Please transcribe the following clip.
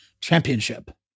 Championship